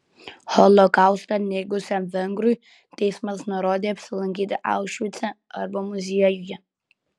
holokaustą neigusiam vengrui teismas nurodė apsilankyti aušvice arba muziejuje